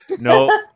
no